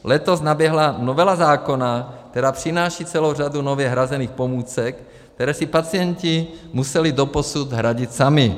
Letos naběhla novela zákona, která přináší celou řadu nově hrazených pomůcek, které si pacienti museli doposud hradit sami.